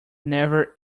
never